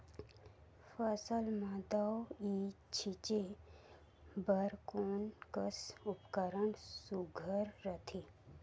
फसल म दव ई छीचे बर कोन कस उपकरण सुघ्घर रथे?